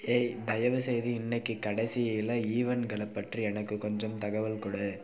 ஏய் தயவுசெய்து இன்றைக்கு கடைசியில் ஈவெண்ட்களை பற்றி எனக்கு கொஞ்சம் தகவல் கொடு